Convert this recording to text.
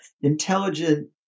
intelligent